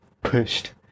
pushed